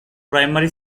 primary